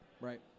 right